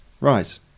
Right